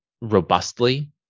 robustly